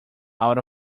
out